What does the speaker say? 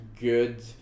good